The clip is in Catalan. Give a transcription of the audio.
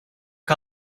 que